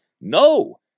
No